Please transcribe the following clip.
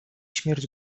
śmierć